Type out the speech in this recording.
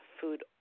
food